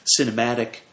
cinematic